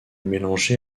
mélangé